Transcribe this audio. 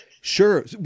Sure